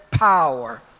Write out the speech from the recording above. power